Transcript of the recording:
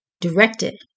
directed